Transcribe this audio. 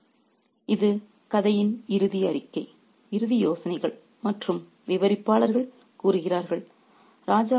refer slide time 5729 இது கதையின் இறுதி அறிக்கை இறுதி யோசனைகள் மற்றும் விவரிப்பாளர்கள் கூறுகிறார்கள்